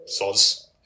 soz